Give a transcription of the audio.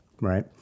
right